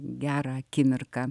gerą akimirką